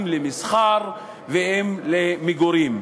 אם למסחר ואם למגורים.